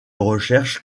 recherche